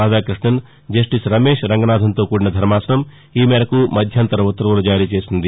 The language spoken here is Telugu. రాధాకృష్ణన్ జస్టిస్ రమేశ్ రంగనాథన్తో కూడిన ధర్మాసనం ఈ మేరకు మధ్యంతర ఉ త్తర్వులు జారీ చేసింది